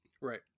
Right